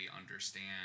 understand